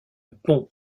pont